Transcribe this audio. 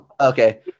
Okay